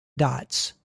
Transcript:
dots